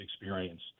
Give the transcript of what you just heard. experience